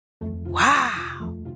Wow